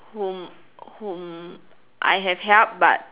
whom whom I have helped but